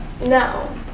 No